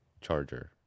charger